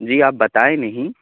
جی آپ بتائے نہیں